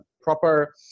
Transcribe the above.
proper